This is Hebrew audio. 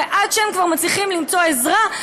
ועד שהם כבר מצליחים למצוא עזרה,